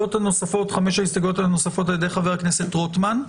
וחמש ההסתייגויות הנוספות על ידי חבר הכנסת רוטמן.